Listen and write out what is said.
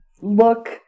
look